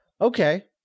okay